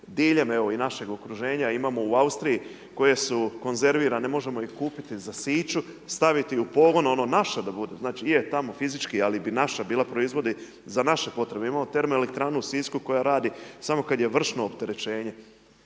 diljem evo i našeg okruženja, imamo u Austriji koje su konzervirane možemo ih kupiti za siću, staviti i u pogon ono naše da bude, znači je tamo fizički ali bi naša bila proizvodi za naše potrebe. Imamo termoelektranu u Sisku koja radi samo kad je vršno opterećenje.